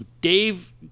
Dave